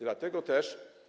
Dlatego też.